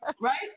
right